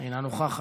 אינה נוכחת,